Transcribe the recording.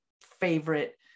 favorite